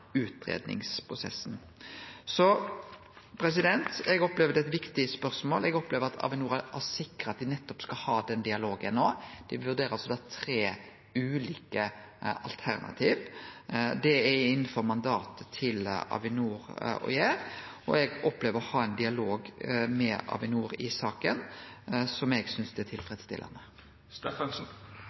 Eg opplever at det er eit viktig spørsmål. Eg opplever at Avinor har sikra at dei skal ha den dialogen no. Dei vurderer altså tre ulike alternativ. Det er innanfor mandatet til Avinor å gjere, og eg opplever å ha ein dialog med Avinor i saka som eg synest er